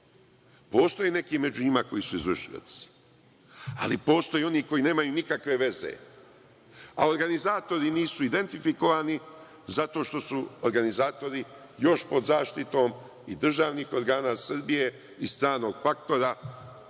Postoje neki među njima koji su izvršioci, ali postoje i oni koji nemaju nikakve veze, a organizatori nisu identifikovani zato što su organizatori još pod zaštitom i državnih organa Srbije i stranog faktora.